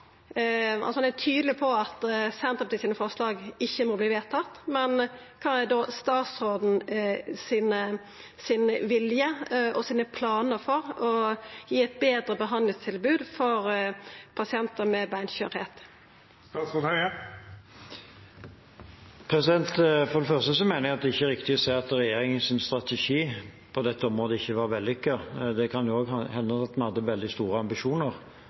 er tydeleg på at Senterpartiet sine forslag ikkje må verta vedtekne, men kva er då statsråden sin vilje og plan for å gi eit betre behandlingstilbod for pasientar med beinskjørheit? For det første mener jeg det ikke er riktig å si at regjeringen sin strategi på dette området ikke var vellykket. Det kan jo også hende at vi hadde veldig store